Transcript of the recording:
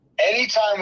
anytime